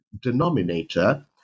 denominator